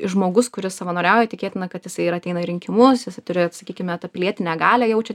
žmogus kuris savanoriauja tikėtina kad jisai ir ateina į rinkimus jisai turi sakykime tą pilietinę galią jaučia